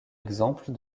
exemple